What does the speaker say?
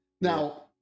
Now